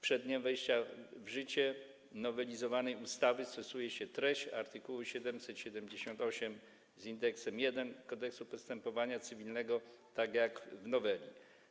Przed dniem wejścia w życie nowelizowanej ustawy stosuje się treść art. 778 Kodeksu postępowania cywilnego - tak jak w noweli.